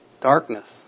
Darkness